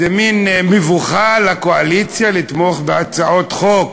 זה מין מבוכה לקואליציה לתמוך בהצעות חוק